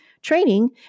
training